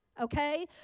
okay